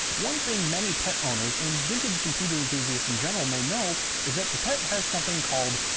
one thing many pet owners and vintage computer enthusiasts in general may know is that the pet had something called,